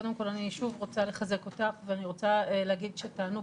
קודם כל אני שוב רוצה לחזק אותך ואני רוצה להגיד שתענוג